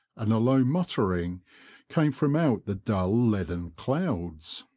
and a low muttering came from out the dull leaden clouds.